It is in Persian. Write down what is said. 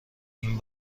این